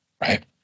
right